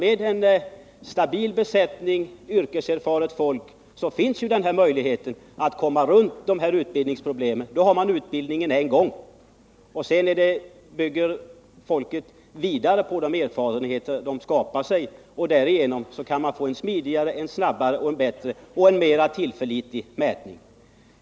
Med en stabil besättning av yrkeserfaret folk kan man komma runt de här utbildningsproblemen. Då görs utbildningen en gång, och sedan bygger man vidare på de erfarenheter man får. Därigenom kan man få till stånd en smidigare, snabbare, bättre och mer tillförlitlig mätning.